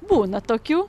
būna tokių